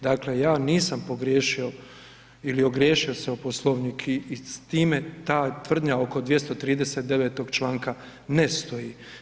Dakle, ja nisam pogriješio ili ogriješio se o Poslovnik i s time ta tvrdnja oko 239. članka ne stoji.